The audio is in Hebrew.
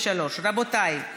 33. רבותיי,